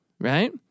right